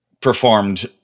performed